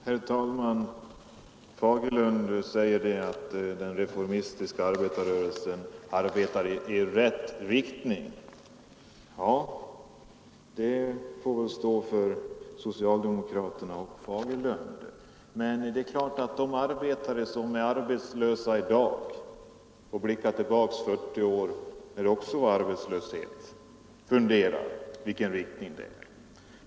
Herr talman! Herr Fagerlund säger att den reformistiska arbetarrörelsen arbetar i rätt riktning. Ja, det får stå för socialdemokraterna och herr Fagerlund. Men de arbetare som i dag är arbetslösa och blickar 40 år tillbaka i tiden, då det också var arbetslöshet, funderar över vilken riktning det är.